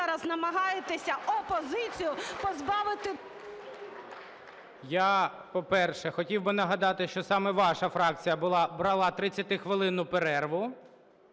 Я, по-перше, хотів би нагадати, що саме ваша фракція брала 30-хвилинну перерву,